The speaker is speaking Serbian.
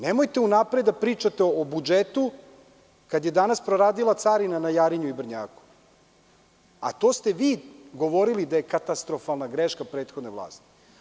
Nemojte unapred da pričate o budžetu, kada je danas proradila carina na Jarinju i Brnjaku, a vi ste govorili da je to katastrofalna greška prethodne vlasti.